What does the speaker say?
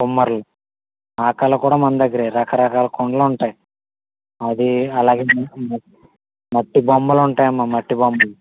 కుమ్మరి ఆ కళ కూడా మన దగ్గర రకరకాల కుండలు ఉంటాయి అది అలాగాని మట్టి బొమ్మలు ఉంటాయమ్మ మట్టి బొమ్మలు